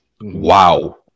Wow